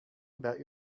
about